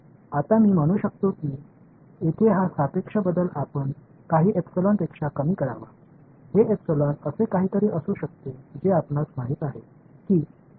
आता मी म्हणू शकतो की येथे हा सापेक्ष बदल आपण काही एपिसलनपेक्षा कमी असावा हे एपिसलन असे काहीतरी असू शकते जे आपणास माहित आहे की 0